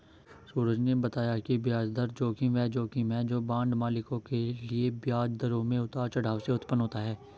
सूरज ने बताया कि ब्याज दर जोखिम वह जोखिम है जो बांड मालिकों के लिए ब्याज दरों में उतार चढ़ाव से उत्पन्न होता है